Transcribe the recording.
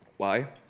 why